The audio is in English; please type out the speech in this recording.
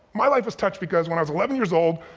my life was touched because when i was eleven years old,